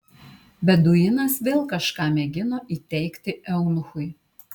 beduinas vėl kažką mėgino įteigti eunuchui